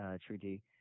Treaty